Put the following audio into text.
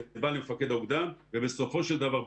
זה בא למפקד האוגדה ובסופו של דבר,